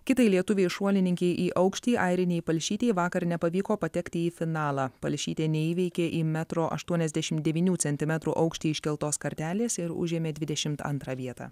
kitai lietuvei šuolininkei į aukštį airinei palšytei vakar nepavyko patekti į finalą palšytė neįveikė į metro aštuoniasdešim devynių centimetrų aukštį iškeltos kartelės ir užėmė dvidešimt antrą vietą